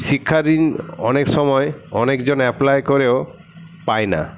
শিক্ষা ঋণ অনেক সময় অনেকজন অ্যাপ্লাই করেও পায় না